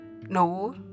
no